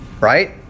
right